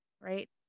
right